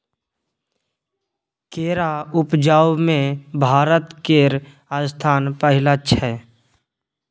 केरा उपजाबै मे भारत केर स्थान पहिल छै